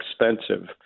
expensive